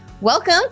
welcome